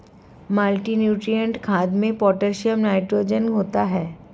multinutrient खाद में potassium nitrogen होता है